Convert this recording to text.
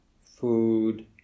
food